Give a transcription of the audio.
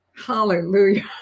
Hallelujah